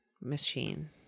machine